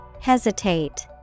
Hesitate